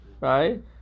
right